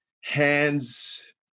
hands